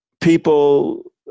people